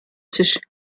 sich